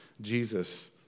Jesus